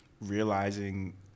realizing